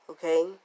Okay